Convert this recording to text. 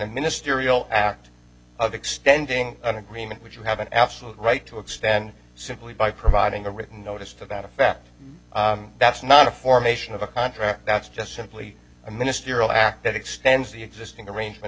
ministerial act of extending an agreement which you have an absolute right to extend simply by providing a written notice for that a fact that's not a formation of a contract that's just simply a ministerial act that extends the existing arrangement